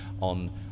on